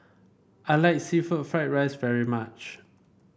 I like seafood fry rice very much